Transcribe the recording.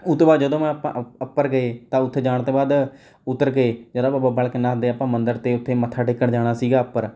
ਉਹ ਤੋਂ ਬਾਅਦ ਜਦੋਂ ਮੈਂ ਆਪਾਂ ਉੱਪਰ ਗਏ ਤਾਂ ਉੱਥੇ ਜਾਣ ਤੋਂ ਬਾਅਦ ਉੱਤਰ ਕੇ ਡੇਰਾ ਬਾਬਾ ਬਾਲਕ ਨਾਥ ਦੇ ਆਪਾਂ ਮੰਦਿਰ ਅਤੇ ਉੱਥੇ ਮੱਥਾ ਟੇਕਣ ਜਾਣਾ ਸੀਗਾ ਉੱਪਰ